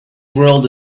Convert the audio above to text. world